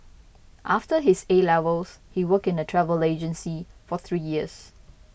after his A levels he worked in a travel agency for three years